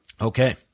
Okay